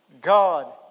God